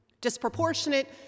disproportionate